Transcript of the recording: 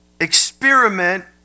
Experiment